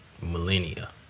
millennia